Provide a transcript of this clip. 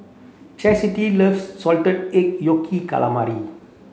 Chasity loves salted egg yolk calamari